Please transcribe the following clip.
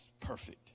perfect